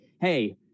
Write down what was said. hey